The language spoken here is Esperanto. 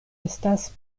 estas